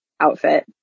outfit